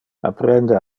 apprende